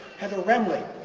heather remley,